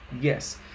yes